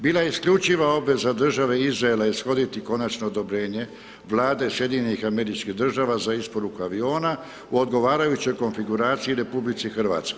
Bila je isključiva obveze države Izraela, ishoditi konačno odobrenje Vlade SAD-a za isporuku aviona u odgovarajućoj konfiguraciji RH.